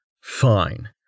fine